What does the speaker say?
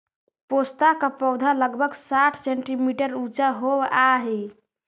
पोस्ता का पौधा लगभग साठ सेंटीमीटर ऊंचा होवअ हई